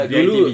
Dulu